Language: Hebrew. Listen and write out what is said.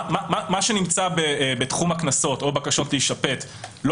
מה שנמצא בתחום הקנסות או בתחום הבקשות להישפט לא